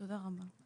תודה רבה.